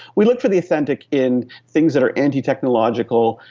we look for the authentic in things that are anti-technological,